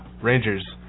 Rangers